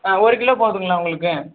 ஆ ஒரு கிலோ போதுங்களா உங்களுக்கு